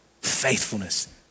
faithfulness